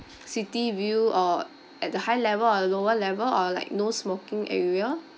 city view or at the high level or lower level or like no smoking area